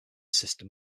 system